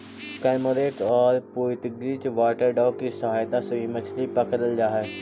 cormorant और Portuguese water dog की सहायता से भी मछली पकड़रल जा हई